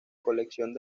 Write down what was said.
colección